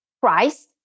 price